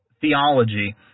theology